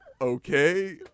okay